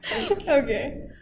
okay